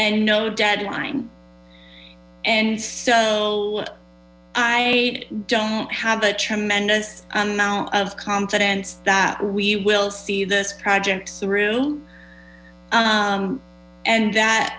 and no deadline and so i don't have a tremendous amount of confidence that we will see this project through and that